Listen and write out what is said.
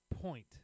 point